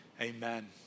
Amen